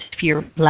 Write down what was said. Fear